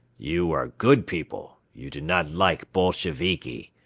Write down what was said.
you are good people. you do not like bolsheviki.